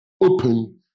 Open